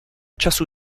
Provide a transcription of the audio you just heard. času